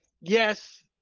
yes